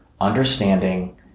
understanding